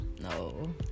No